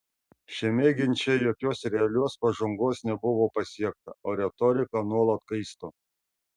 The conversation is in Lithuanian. šiame ginče jokios realios pažangos nebuvo pasiekta o retorika nuolat kaisto